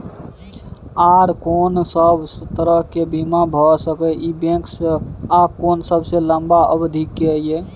आर कोन सब तरह के बीमा भ सके इ बैंक स आ कोन सबसे लंबा अवधि के ये?